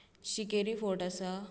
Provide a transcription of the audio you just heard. Shinkeri fort आसा